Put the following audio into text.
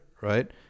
right